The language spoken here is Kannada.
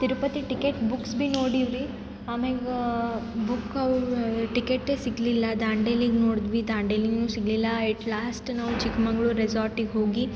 ತಿರುಪತಿ ಟಿಕೆಟ್ ಬುಕ್ಸ್ ಬಿ ನೊಡೀವಿ ರೀ ಆಮೇಗೆ ಬುಕ್ ಅವು ಟಿಕೇಟೆ ಸಿಗಲಿಲ್ಲ ದಾಂಡೇಲಿಗೆ ನೋಡಿದ್ವಿ ದಾಂಡೆಲೀಗೆ ಸಿಗಲಿಲ್ಲ ಅಟ್ ಲಾಸ್ಟ್ ನಾವು ಚಿಕ್ಕಮಂಗ್ಳೂರ್ ರೆಸಾರ್ಟಿಗೆ ಹೋಗಿ